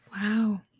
Wow